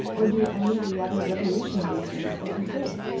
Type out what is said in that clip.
or do any of the other revolutionary things that he did.